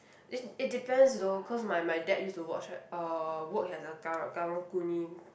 it it depends though cause my my dad used to watch uh work as a karang karung-guni